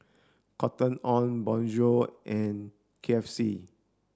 Cotton on Bonjour and K F C